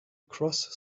cross